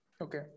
okay